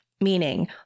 Meaning